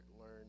learn